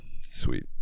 Sweet